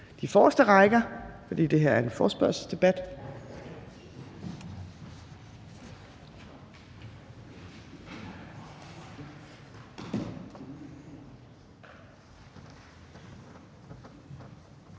de forreste rækker, fordi det her er en forespørgselsdebat.